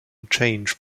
change